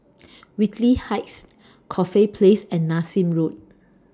Whitley Heights Corfe Place and Nassim Road